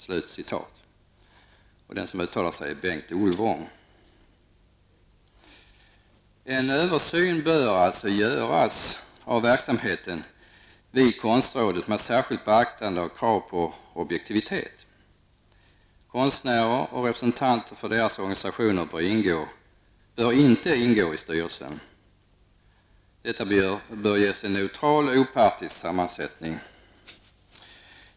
Detta var sagt av Bengt Olvång. En översyn bör göras av verksamheten vid konstrådet med särskilt beaktande av krav på objektivitet. Konstnärer och representanter för deras organisationer bör inte ingå i styrelsen. Denna bör ges en neutral och opartisk sammansättning.